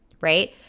right